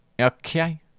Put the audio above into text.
Okay